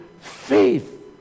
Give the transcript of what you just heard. faith